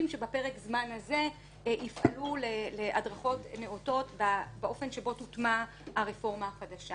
שבפרק זמן הזה יפעלו להדרכות נאותות באופן שבו תוטמע הרפורמה החדשה.